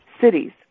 cities